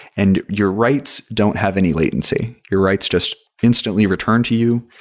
and your writes don't have any latency. your writes just instantly return to you.